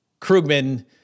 Krugman